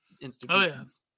institutions